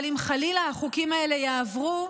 אבל אם חלילה החוקים האלה יעברו,